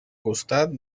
costat